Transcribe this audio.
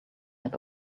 had